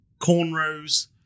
cornrows